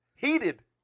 Heated